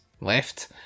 left